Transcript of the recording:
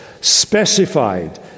specified